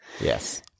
Yes